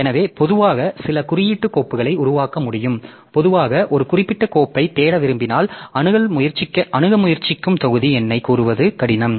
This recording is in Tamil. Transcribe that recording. எனவே பொதுவாக சில குறியீட்டு கோப்புகளை உருவாக்க முடியும் பொதுவாக ஒரு குறிப்பிட்ட கோப்பைத் தேட விரும்பினால் அணுக முயற்சிக்கும் தொகுதி எண்ணைக் கூறுவது கடினம்